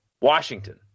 Washington